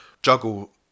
juggle